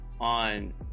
on